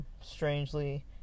strangely